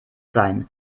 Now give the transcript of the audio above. sein